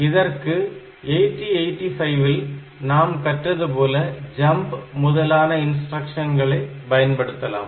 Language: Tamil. இதற்கு 8085 இல் நாம் கற்றது போல ஜம்ப் முதலான இன்ஸ்டிரக்ஷன்களை பயன்படுத்தலாம்